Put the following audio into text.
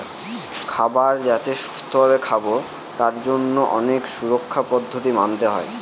খাবার যাতে সুস্থ ভাবে খাবো তার জন্য অনেক সুরক্ষার পদ্ধতি মানতে হয়